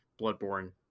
Bloodborne